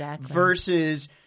versus –